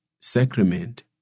sacrament